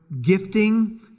gifting